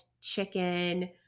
chicken